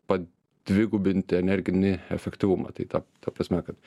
padvigubinti energinį efektyvumą tai ta ta prasme kad